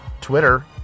Twitter